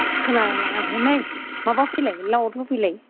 खोनालाय लाङासैलै माबाफैलाय लाउड होफैलाय